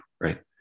right